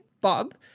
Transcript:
Bob